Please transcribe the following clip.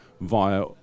via